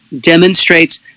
demonstrates